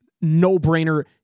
no-brainer